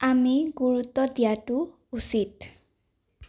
আমি গুৰুত্ব দিয়াতো উচিত